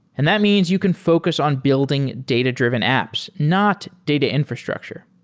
and that means you can focus on building data-driven apps, not data infrastructure.